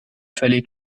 fallait